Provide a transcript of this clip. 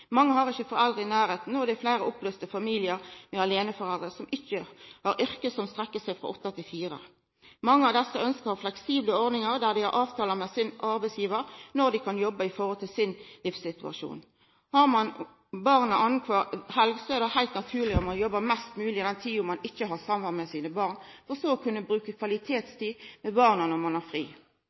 Mange har ikkje foreldre i nærleiken, det er fleire oppløyste familiar med aleineforeldre, og som har yrke der arbeidstida ikkje strekk seg frå kl. 8 til kl. 16. Mange av desse ønskjer å ha fleksible ordningar der dei kan avtala med sin arbeidsgivar når dei kan jobba, ut frå sin livssituasjon. Har ein barna kvaranna helg, er det heilt naturleg at ein jobbar mest mogleg den tida ein ikkje har samvær med barna sine, for så å kunna bruka kvalitetstid med barna når ein har fri.